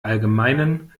allgemeinen